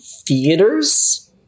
theaters